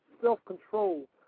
self-control